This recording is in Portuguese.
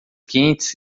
quentes